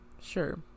sure